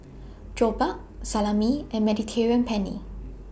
Jokbal Salami and Mediterranean Penne